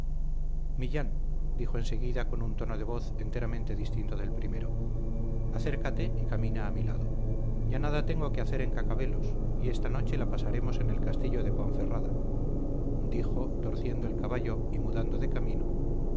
millán dijo enseguida con un tono de voz enteramente distinto del primero acércate y camina a mi lado ya nada tengo que hacer en cacabelos y esta noche la pasaremos en el castillo de ponferrada dijo torciendo el caballo y mudando de camino